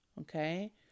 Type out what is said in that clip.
Okay